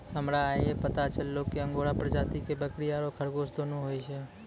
हमरा आइये पता चललो कि अंगोरा प्रजाति के बकरी आरो खरगोश दोनों होय छै